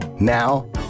Now